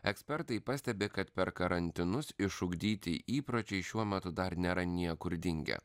ekspertai pastebi kad per karantinus išugdyti įpročiai šiuo metu dar nėra niekur dingę